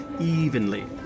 evenly